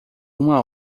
uma